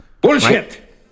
Bullshit